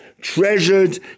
treasured